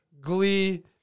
glee